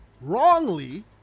wrongly